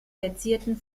verzierten